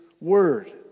word